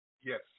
Yes